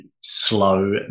slow